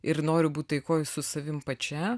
ir noriu būti taikoj su savim pačia